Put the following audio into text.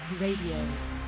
Radio